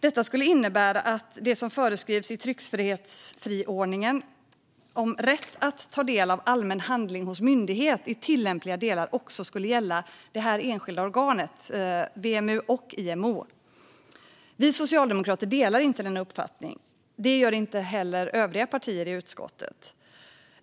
Detta skulle innebära att det som föreskrivs i tryckfrihetsförordningen om rätt att ta del av allmän handling hos myndighet i tillämpliga delar också ska gälla de enskilda organen WMU och IMO. Vi socialdemokrater delar inte denna uppfattning. Det gör inte heller övriga partier i utskottet.